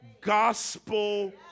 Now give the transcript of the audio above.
Gospel